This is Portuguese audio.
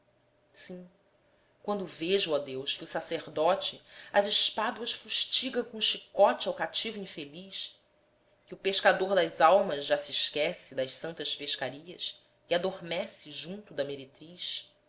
sim quando vejo ó deus que o sacerdote as espáduas fustiga com o chicote ao cativo infeliz que o pescador das almas já se esquece das santas pescarias e adormece junto da meretriz